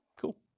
Cool